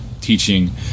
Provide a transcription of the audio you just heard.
teaching